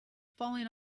falling